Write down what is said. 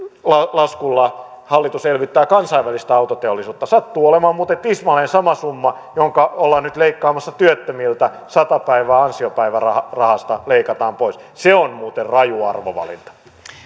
laskulla hallitus elvyttää kansainvälistä autoteollisuutta sattuu olemaan muuten tismalleen sama summa joka ollaan nyt leikkaamassa työttömiltä sata päivää ansiopäivärahasta leikataan pois se on muuten raju arvovalinta